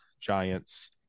Giants